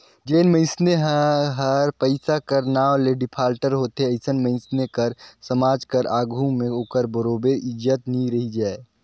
जेन मइनसे हर पइसा कर नांव ले डिफाल्टर होथे अइसन मइनसे कर समाज कर आघु में ओकर बरोबेर इज्जत नी रहि जाए